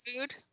food